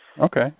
Okay